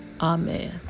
Amen